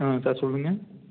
ஆமாம் சார் சொல்லுங்கள்